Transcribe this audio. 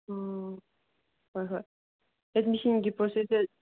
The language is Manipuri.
ꯑꯥ ꯍꯣꯏ ꯍꯣꯏ ꯑꯦꯗꯃꯤꯁꯟꯒꯤ ꯄ꯭ꯔꯣꯁꯦꯁꯁꯦ